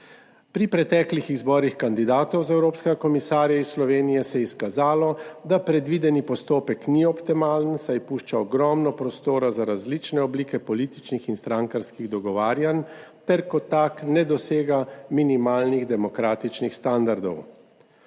Pri preteklih izborih kandidatov za evropskega komisarja iz Slovenije se je izkazalo, da predvideni postopek ni optimalen, saj pušča ogromno prostora za različne oblike političnih in strankarskih dogovarjanj ter kot tak ne dosega minimalnih demokratičnih standardov.